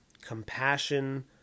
Compassion